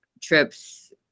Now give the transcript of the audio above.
trips